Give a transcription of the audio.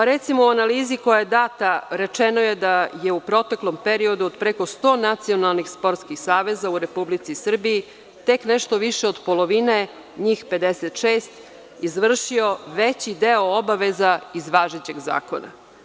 U analizi koja je data rečeno je da je u proteklom periodu od preko sto nacionalnih sportskih saveza u Republici Srbiji tek nešto više od polovine, njih 56, izvršio veći deo obaveza iz važećeg zakona.